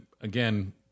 again